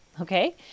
okay